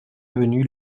avenue